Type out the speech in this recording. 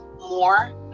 more